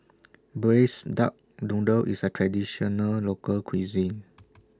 Braised Duck Noodle IS A Traditional Local Cuisine